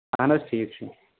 اَہن حظ ٹھیٖک چھُ